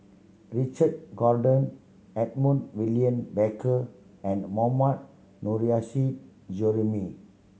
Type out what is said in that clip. Richard Corridon Edmund William Barker and Mohammad Nurrasyid Juraimi